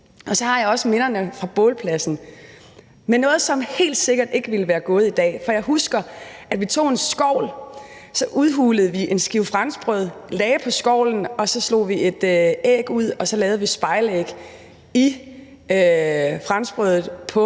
Og så har jeg også minderne fra bålpladsen, men også om noget, som helt sikkert ikke var gået i dag. For jeg husker, at vi tog en skovl, og så udhulede vi et stykke franskbrød og lagde det på skovlen, og så slog vi et æg ud, og så lavede vi spejlæg i franskbrødet på